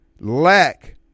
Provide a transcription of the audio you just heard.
lack